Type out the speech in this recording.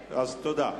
תודה.